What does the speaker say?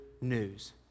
news